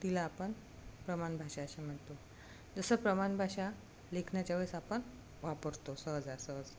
तिला आपण प्रमाण भाषा असे म्हणतो जसं प्रमाण भाषा लेखनाच्या वेळेस आपण वापरतो सहजासहज